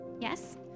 Yes